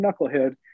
knucklehead